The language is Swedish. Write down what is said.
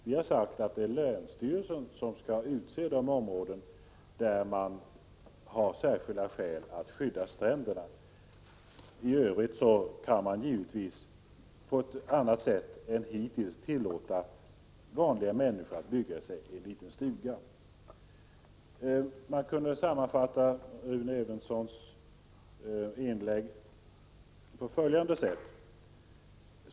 Vi har sagt att det är länsstyrelsen som skall utse de områden där man har särskilda skäl att skydda stränderna. I övrigt kan man på ett annat sätt än hittills tillåta vanliga människor att bygga en liten stuga. Man kunde sammanfatta Rune Evenssons inlägg på följande sätt.